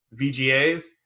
VGAs